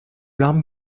larmes